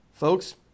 Folks